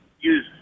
use